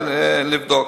לבדוק.